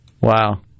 wow